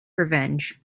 revenge